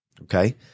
okay